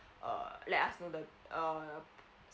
err let us know the err